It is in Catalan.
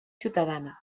ciutadana